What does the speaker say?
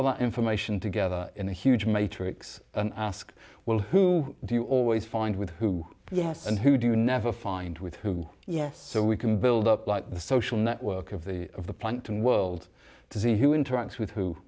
that information together in a huge matrix and ask well who do you always find with who and who do you never find with who yes so we can build up like the social network of the of the plant and world to see who interacts with who